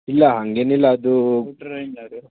ಇಲ್ಲ ಹಾಗೇನಿಲ್ಲ ಅದು